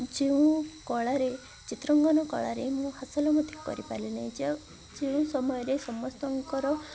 ଯେଉଁ କଳାରେ ଚିତ୍ରାଙ୍କନ କଳାରେ ମୁଁ ହାସଲ ମଧ୍ୟ କରିପାରିଲ ନାହିଁ ଯେ ଯେଉଁ ସମୟରେ ସମସ୍ତଙ୍କର